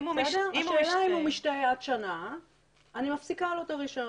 השאלה אם הוא משתהה עד שנה ואני מפסיקה לו את הרישיון.